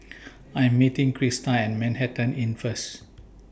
I Am meeting Crysta At Manhattan Inn First